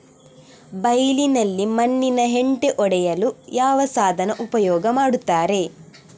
ಬೈಲಿನಲ್ಲಿ ಮಣ್ಣಿನ ಹೆಂಟೆ ಒಡೆಯಲು ಯಾವ ಸಾಧನ ಉಪಯೋಗ ಮಾಡುತ್ತಾರೆ?